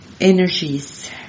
energies